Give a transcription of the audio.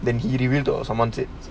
then he revealed it or someone said